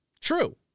True